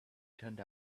turned